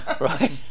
Right